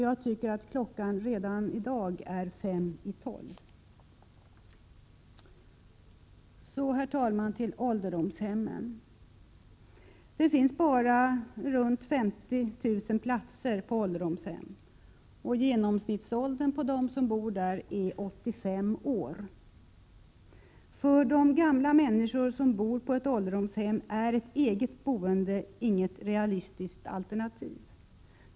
Jag tycker att klockan redan i dag är fem minuter i tolv. Herr talman! Så till ålderdomshemmen. Det finns bara runt 50 000 platser på ålderdomshem, och genomsnittsåldern på de boende är 85 år. För de gamla människor som bor på ålderdomshem är ett eget boende inget realistiskt alternativ.